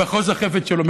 למחוז החפץ שלו,